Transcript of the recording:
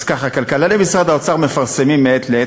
אז ככה: כלכלני משרד האוצר מפרסמים מעת לעת